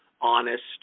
honest